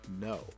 No